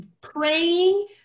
praying